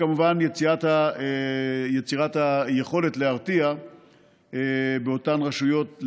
יש כמובן את יצירת היכולת להרתיע באותן רשויות,